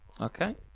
Okay